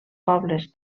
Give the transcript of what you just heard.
pobles